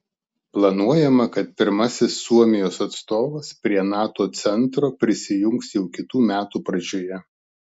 planuojama kad pirmasis suomijos atstovas prie nato centro prisijungs jau kitų metų pradžioje